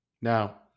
Now